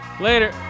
later